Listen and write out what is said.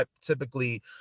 typically